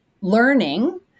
learning